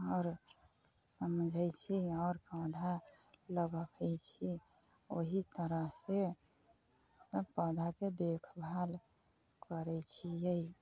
आओर समझै छी आओर पौधा लगाबै छी ओहि तरहसँ सभ पौधाके देखभाल करै छियै